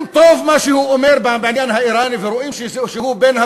אם טוב מה שהוא אומר בעניין האיראני ורואים שהוא בעל-הברית